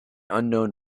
unknown